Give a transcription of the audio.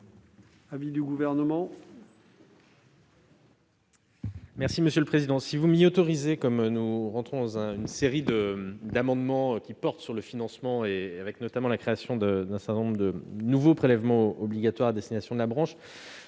l'avis du Gouvernement ?